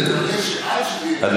עד שזה יקרה, אוקיי, בסדר.